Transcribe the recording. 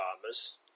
farmers